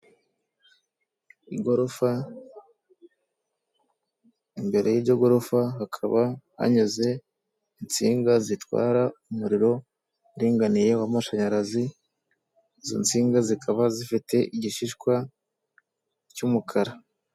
Igorofa imbere y'iryo gorofa hakaba hanyuze insinga zitwara umuriro uringaniye w'amashanyarazi izo nsinga zikaba zifite igishishwa cy'umukara.